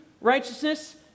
Righteousness